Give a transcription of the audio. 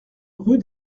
rue